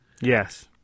Yes